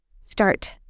start